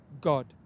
God